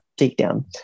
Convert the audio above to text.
takedown